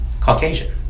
Caucasian